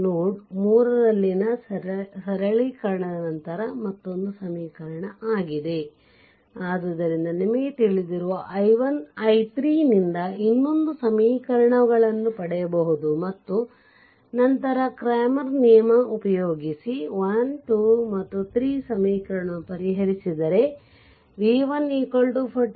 ನೋಡ್ 3 ನಲ್ಲಿ ಸರಳೀಕರಣದ ನಂತರ ಮತ್ತೊಂದು ಸಮೀಕರಣ ಆಗಿದೆ ಆದ್ದರಿಂದ ನಿಮಗೆ ತಿಳಿದಿರುವ i1 i3 ನಿಂದ ಇನ್ನೊಂದು ಸಮೀಕರಣಗಳನ್ನು ಪಡೆಯಬಹುದು ಮತ್ತು ನಂತರ ಕ್ರಾಮರ್ ನಿಯಮ Cramer's rule ಉಪಯೋಗಿಸಿ 1 2 ಮತ್ತು 3 ಸಮೀಕರಣವನ್ನು ಪರಿಹರಿಸಿದರೆ v1 45